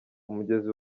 umugezi